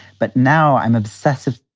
but now i'm obsessive.